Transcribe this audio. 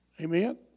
Amen